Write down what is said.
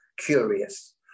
curious